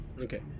Okay